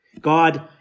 God